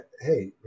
hey